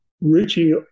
Richie